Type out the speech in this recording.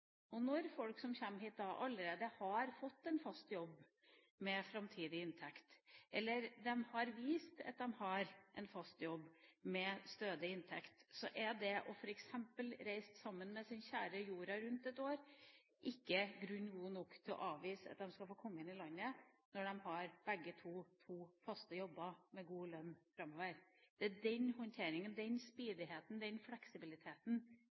Når folk som kommer hit, allerede har fått en fast jobb med framtidig inntekt, eller har vist at de har en fast jobb med stødig inntekt, er f.eks. det å reise jorda rundt sammen med sin kjære ett år ikke grunn god nok til å avvise at de skal få komme inn i landet – når begge to har faste jobber med god lønn framover. Det er den håndteringa, den smidigheten, den fleksibiliteten